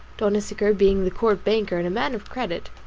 don issachar, being the court banker, and a man of credit,